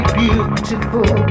beautiful